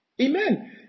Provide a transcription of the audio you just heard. Amen